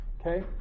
Okay